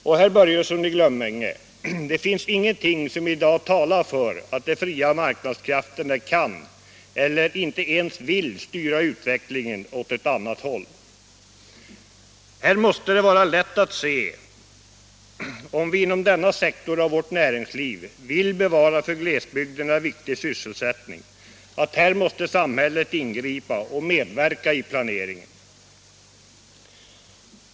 Och, herr Börjesson i Glömminge, det finns ingenting som i dag talar för att de fria marknadskrafterna kan eller en vill styra utvecklingen åt ett annat håll. Här bör det vara lätt att se, att om viinom denna sektor av vårt näringsliv vill bevara för glesbygderna viktig sysselsättning måste samhället ingripa och medverka i planeringen.